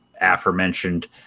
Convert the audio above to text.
aforementioned